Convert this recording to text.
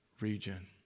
region